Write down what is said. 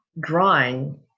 drawing